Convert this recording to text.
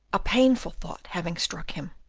a painful thought having struck him.